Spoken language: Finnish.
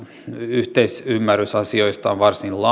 yhteisymmärrys asioista on varsin